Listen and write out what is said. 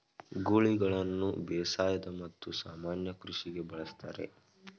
ಗೂಳಿಗಳನ್ನು ಬೇಸಾಯದ ಮತ್ತು ಸಾಮಾನ್ಯ ಕೃಷಿಗೆ ಬಳಸ್ತರೆ